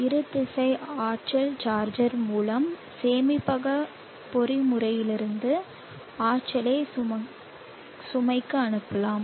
இரு திசை ஆற்றல் சார்ஜர் மூலம் சேமிப்பக பொறிமுறையிலிருந்து ஆற்றலை சுமைக்கு அனுப்பலாம்